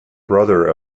brother